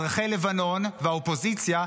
אזרחי לבנון והאופוזיציה,